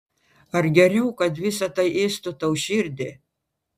ar geriau kad visa tai ėstų tau širdį